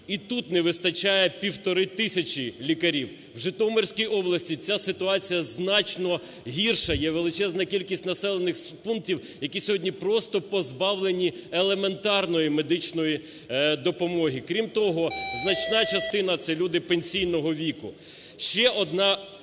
і тут не вистачає півтори тисячі лікарів. У Житомирській області ця ситуація значно гірша, є величезна кількість населених пунктів, які сьогодні просто позбавлені елементарної медичної допомоги. Крім того, значна частина – це люди пенсійного віку.